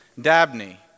Dabney